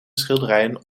schilderijen